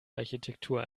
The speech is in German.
architektur